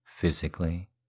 physically